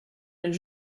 les